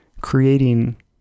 creating